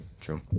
True